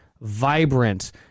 vibrant